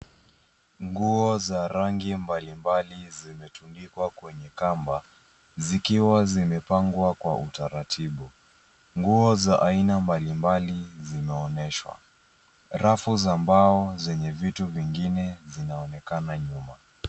Nguo za rangi mbalimbali zimetundikwa kwenye kamba zikiwa zimepangwa kwa utaratibu. Nguo za aina mbalimbali zimeonyeshwa. Rafu za mbao zenye viti vingine zinaonekana nyuma.